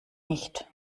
nicht